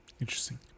Interesting